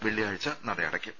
വെള്ളിയാഴ്ച നടയടയ്ക്കും